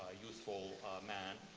ah youthful man.